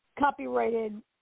Copyrighted